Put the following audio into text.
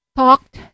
talked